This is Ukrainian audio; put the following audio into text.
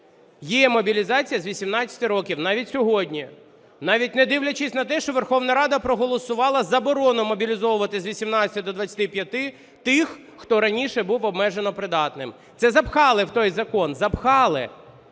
Є мобілізація з 18 років. Навіть сьогодні. Навіть не дивлячись на те, що Верховна Рада проголосувала заборону мобілізовувати з 18 до 25 тих, хто раніше був обмежено придатним. Це запхали в той закон, запхали.